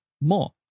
more